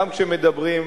גם כשמדברים,